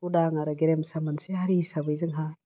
उदां आरो गेरेमसा मोनसे हारि हिसाबै जोंहा